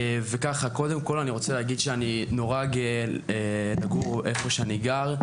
אני נורא גאה לגור במקום שאני גר,